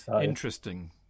Interesting